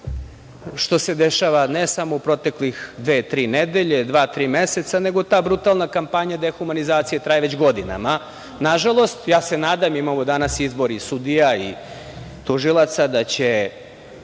što se dešava ne samo u proteklih dve, tri nedelje, dva, tri meseca, nego ta brutalna kampanja dehumanizacije traje već godinama nažalost. Nadam se, imamo danas i izbor sudija i tužilaca, da će